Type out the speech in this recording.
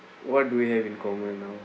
what do we have in common now